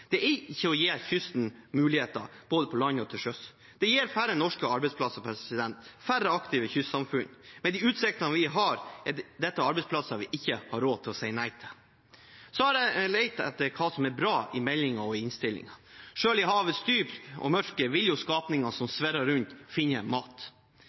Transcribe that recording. Det er ikke å gi kysten muligheter både på land og til sjøs. Det gir færre norske arbeidsplasser, færre aktive kystsamfunn. Med de utsiktene vi har, er dette arbeidsplasser vi ikke har råd til å si nei til. Jeg har lett etter hva som er bra i meldingen og i innstillingen. Selv i havets dyp og mørke vil skapninger som svirrer rundt, finne mat.